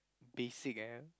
basic eh